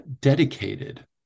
dedicated